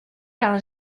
quand